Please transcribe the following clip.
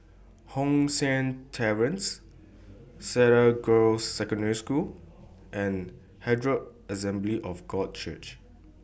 Hong San Terrace Cedar Girls' Secondary School and Herald Assembly of God Church